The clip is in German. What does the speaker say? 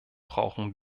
brauchen